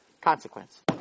Consequence